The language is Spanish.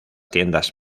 tiendas